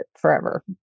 forever